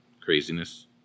craziness